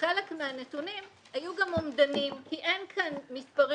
שחלק מהנתונים היו גם אומדנים, כי אין כאן מספרים